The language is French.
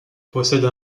possède